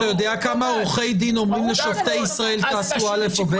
אתה יודע כמה עורכי דין אומרים לשופטי ישראל: תעשו א' או ב'?